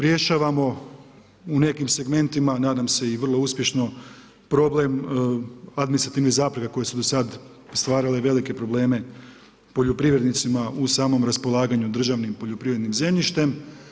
Rješavamo u nekim segmentima, nadam se i vrlo uspješno, problem, administrativnih zapreka, koje su do sada stvarale velike probleme poljoprivrednicima, u samom raspolaganju državnim poljoprivrednim zemljištem.